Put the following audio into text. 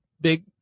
big